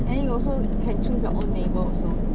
then you also can choose your own neighbour also